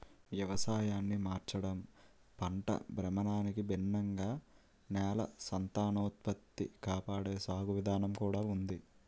వ్యవసాయాన్ని మార్చడం, పంట భ్రమణానికి భిన్నంగా నేల సంతానోత్పత్తి కాపాడే సాగు విధానం కూడా ఉంది